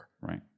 right